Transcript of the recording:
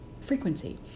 frequency